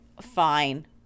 fine